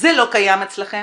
זה לא קיים אצלכם.